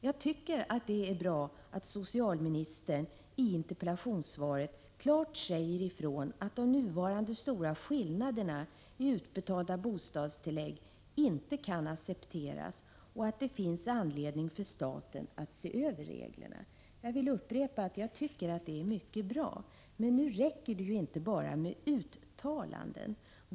Jag tycker att det är bra att socialministern i interpellationssvaret klart säger ifrån att de nuvarande stora skillnaderna i utbetalda bostadstillägg inte kan accepteras och att det finns anledning för staten att se över reglerna. Jag vill upprepa att jag tycker att det är mycket bra. Men nu räcker det ju inte bara med uttalanden.